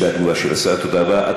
זה טוב.